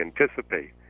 anticipate